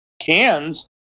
cans